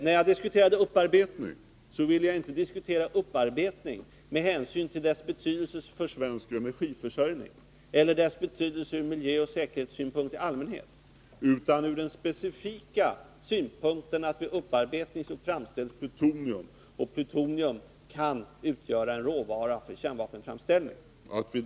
När det gäller upparbetning vill jag inte diskutera denna med hänsyn till dess betydelse för svensk energiförsörjning eller dess betydelse ur miljöoch säkerhetssynpunkt i allmänhet utan ur den specifika synpunkten att plutonium framställs vid upparbetning och att plutonium kan utgöra en råvara för kärnvapenframställning.